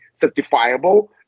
certifiable